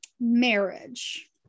marriage